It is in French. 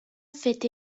fait